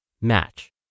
match